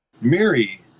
Mary